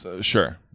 Sure